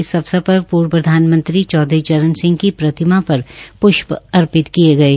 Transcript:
इस अवसर पर पूर्व प्रधानमंत्री चौधरी चरण सिह की प्रतिमा पर पृष्प अर्पित किये